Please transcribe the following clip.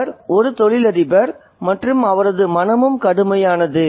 அவர் ஒரு தொழிலதிபர் மற்றும் அவரது மனமும் கடுமையானது